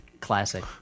classic